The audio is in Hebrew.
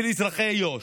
של אזרחי יו"ש.